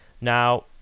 Now